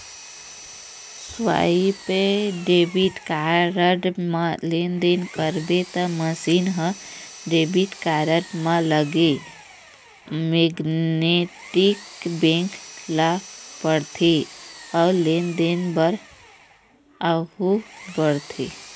swipe debit card म लेनदेन करबे त मसीन ह डेबिट कारड म लगे मेगनेटिक बेंड ल पड़थे अउ लेनदेन बर आघू बढ़थे